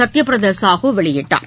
சத்யபிரதாசாகுவெளியிட்டார்